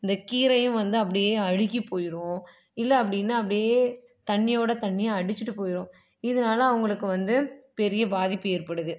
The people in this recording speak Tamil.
இந்த கீரையும் வந்து அப்படியே அழுகி போயிடும் இல்லை அப்படின்னா அப்படியே தண்ணியோடு தண்ணியாக அடிச்சுட்டு போயிடும் இதனால அவர்களுக்கு வந்து பெரிய பாதிப்பு ஏற்படுது